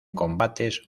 combates